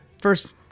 first